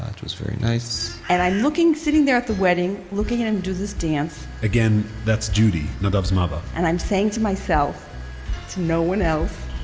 was very nice and i'm looking, sitting there at the wedding, looking at him do this dance again, that's judy, nadav's mother and i'm saying to myself to no one else